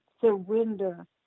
surrender